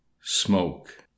smoke